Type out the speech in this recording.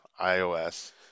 iOS